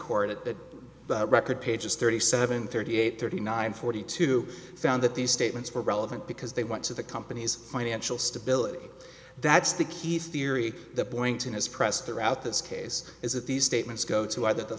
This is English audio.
court at the record pages thirty seven thirty eight thirty nine forty two found that these statements were relevant because they went to the company's financial stability that's the key theory the point in his press throughout this case is that these statements go to either the